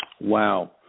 Wow